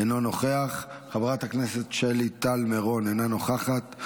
אינו נוכח, חברת הכנסת שלי טל מירון, אינה נוכחת.